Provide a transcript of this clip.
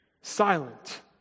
silent